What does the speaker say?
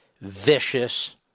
vicious